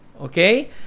okay